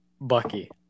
Bucky